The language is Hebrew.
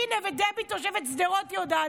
הינה, דבי תושבת שדרות, היא יודעת,